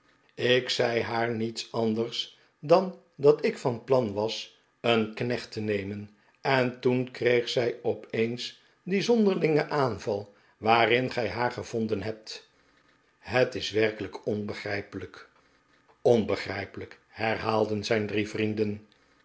ik zei haar niks anders dan dat ik van plan was een knecht te nemen en toen kreeg zij op eens dien zonderlingen aanval waarin gij haar gevonden hebt het is werkelijk onbegrijpelijk onbegrijpelijk herhaalden zijn drie vrienden